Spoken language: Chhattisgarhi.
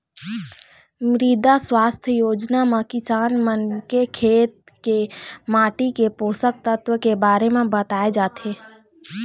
मृदा सुवास्थ योजना म किसान मन के खेत के माटी के पोसक तत्व के बारे म बताए जाथे